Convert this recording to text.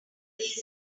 lays